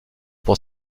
pour